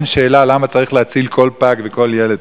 אין שאלה למה צריך להציל כל פג וכל ילד,